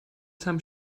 some